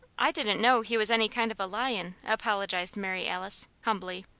i didn't know he was any kind of a lion, apologized mary alice, humbly.